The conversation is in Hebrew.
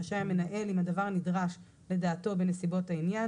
רשאי המנהל אם הדבר נדרש לדעתו בנסיבות העניין,